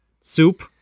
Soup